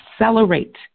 accelerate